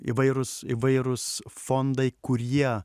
įvairūs įvairūs fondai kurie